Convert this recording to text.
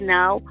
now